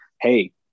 Hey